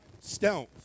stealth